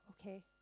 okay